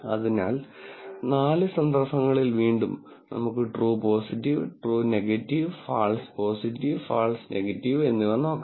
അതിനാൽ നാല് സന്ദർഭങ്ങളിൽ വീണ്ടും നമുക്ക് true positive true negative false positive false negative എന്നിവ നോക്കാം